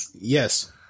yes